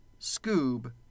Scoob